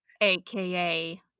aka